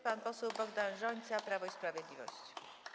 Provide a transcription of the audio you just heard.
Pan poseł Bogdan Rzońca, Prawo i Sprawiedliwość.